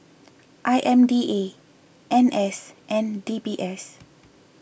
I M D A N S and D B S